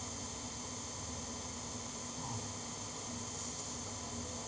oh